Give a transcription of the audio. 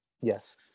Yes